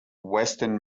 western